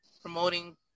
promoting